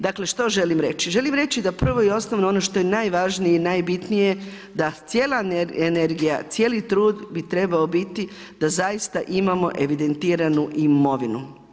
Dakle što želim reći, želim reći da prvo i osnovno ono što je najvažnije i najbitnije da cijela energija, cijeli trud bi trebao biti da zaista imamo evidentiranu imovinu.